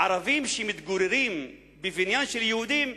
ערבים שמתגוררים בבניין של יהודים,